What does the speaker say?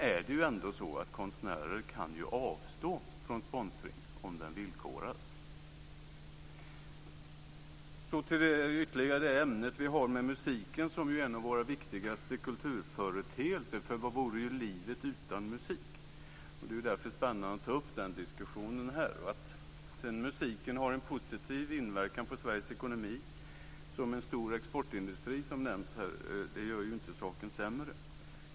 Sedan kan ju konstnärer ändå avstå från sponsring, om den villkoras. Musik är en av våra viktigaste kulturföreteelser. Vad vore livet utan musik? Det är därför spännande att ta upp den diskussionen här. Att musiken sedan har en positiv inverkan på Sveriges ekonomi som en stor exportindustri gör ju inte saken sämre.